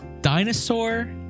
dinosaur